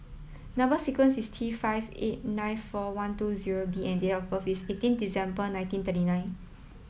number sequence is T five eight nine four one two zero B and date of birth is eighteen December nineteen thirty nine